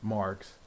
marks